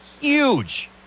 Huge